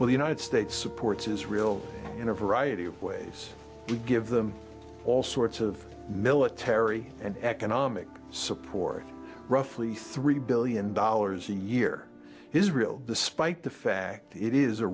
the united states supports israel in a variety of ways to give them all sorts of military and economic support roughly three billion dollars a year israel despite the fact that it is a